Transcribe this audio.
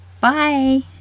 Bye